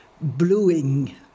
bluing